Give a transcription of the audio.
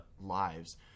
lives